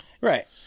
Right